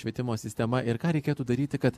švietimo sistema ir ką reikėtų daryti kad